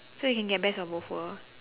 so you can get best of both world